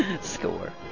Score